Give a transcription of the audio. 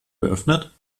geöffnet